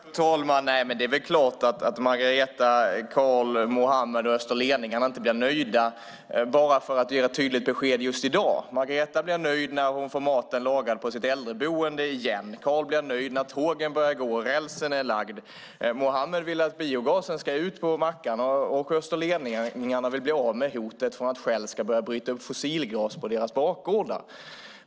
Fru talman! Nej, det är väl klart att Margareta, Karl, Mohammed och österleningarna inte blir nöjda bara för att vi ger ett tydligt besked just i dag. Margareta blir nöjd när hon får maten lagad på sitt äldreboende igen. Karl blir nöjd när tågen börjar gå och rälsen är lagd. Mohammed vill att biogasen ska ut på mackarna. Österleningarna vill bli av med hotet från att Shell ska börja bryta upp fossilgas på deras bakgårdar.